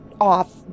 off